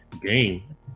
game